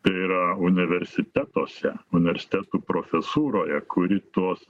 tai yra universitetuose universitetų profesūroje kuri tuos